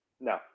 No